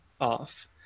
off